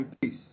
peace